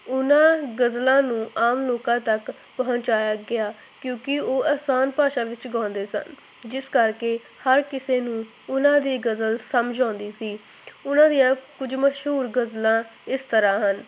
ਉਹਨਾਂ ਗਜ਼ਲਾਂ ਨੂੰ ਆਮ ਲੋਕਾਂ ਤੱਕ ਪਹੁੰਚਾਇਆ ਗਿਆ ਕਿਉਂਕਿ ਉਹ ਆਸਾਨ ਭਾਸ਼ਾ ਵਿੱਚ ਗਾਉਂਦੇ ਸਨ ਜਿਸ ਕਰਕੇ ਹਰ ਕਿਸੇ ਨੂੰ ਉਹਨਾਂ ਦੀ ਗਜ਼ਲ ਸਮਝ ਆਉਂਦੀ ਸੀ ਉਹਨਾਂ ਦੀਆਂ ਕੁਝ ਮਸ਼ਹੂਰ ਗਜ਼ਲਾਂ ਇਸ ਤਰ੍ਹਾਂ ਹਨ